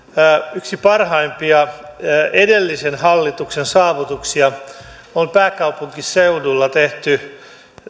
yksi parhaimpia edellisen hallituksen saavutuksia on pääkaupunkiseudulla tehty